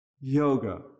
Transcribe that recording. Yoga